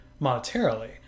monetarily